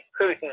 Putin